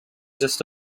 just